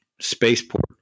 spaceport